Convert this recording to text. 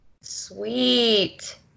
Sweet